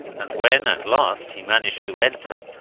and when at last he managed to enter,